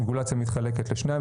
הרגולציה מתחלקת לשניים,